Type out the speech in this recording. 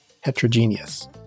heterogeneous